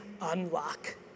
unlock